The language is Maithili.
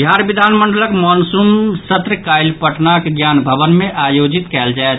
बिहार विधानमंडलक मॉनसून सत्र काल्हि पटनाक ज्ञान भवन मे आयोजित कयल जायत